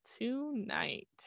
tonight